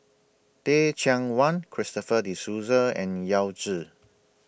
Teh Cheang Wan Christopher De Souza and Yao Zi